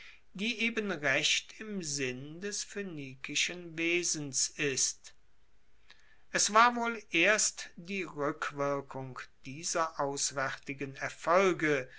die eben recht im sinn des phoenikischen wesens ist es war wohl erst die rueckwirkung dieser auswaertigen erfolge